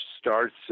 starts